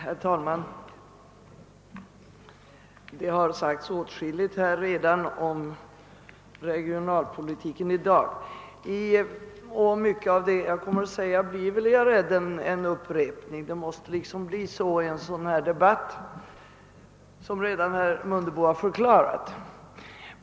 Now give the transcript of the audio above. Herr talman! Det har redan sagts åtskilligt här om regionpolitik, och jag är rädd att mycket av vad jag kommer att säga blir upprepningar — det blir lätt så i en sådan här debatt, såsom herr Mundebo redan har förklarat.